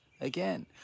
again